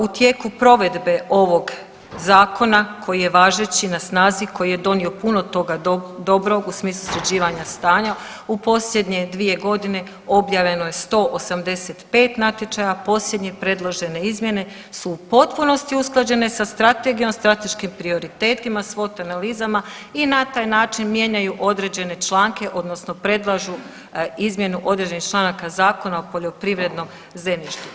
U tijeku provedbe ovog zakona koji je važeći na snazi, koji je donio puno toga dobrog u smislu sređivanja stanja u posljednje dvije godine objavljeno je 185 natječaja, a posljednje predložene izmjene su u potpunosti usklađene sa strategijom, strateškim prioritetima, SWOT analizama i na taj način mijenjaju određene članke odnosno predlažu izmjenu određenih članaka Zakona o poljoprivrednom zemljištu.